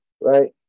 right